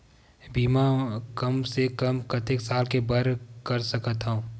बीमा कम से कम कतेक साल के बर कर सकत हव?